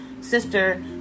sister